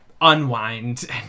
unwind